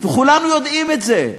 וכולנו יודעים את זה.